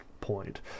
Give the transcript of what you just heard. point